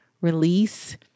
release